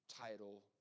title